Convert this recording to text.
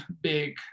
big